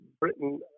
britain